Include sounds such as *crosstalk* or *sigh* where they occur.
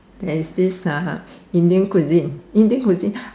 there is uh Indian cuisine Indian cuisine *breath*